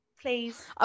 Please